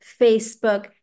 Facebook